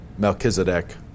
Melchizedek